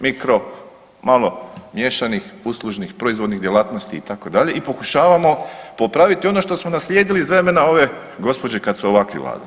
Mikro, malo, miješanih, uslužnih, proizvodnih djelatnosti, itd., i pokušavamo popraviti ono što smo naslijedili iz vremena ove gospođe kad su ovakvi vladali.